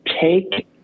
take